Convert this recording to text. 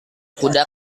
kuda